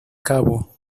cabo